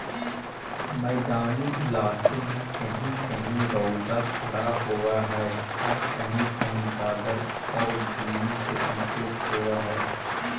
मैदानी इलाका में कहीं कहीं रउदा कड़ा होब हई त कहीं कहीं बादल आउ बुन्नी के संकेत होब हई